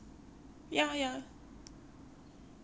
ya correct mah then can accumulate more also